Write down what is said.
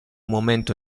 momento